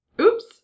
oops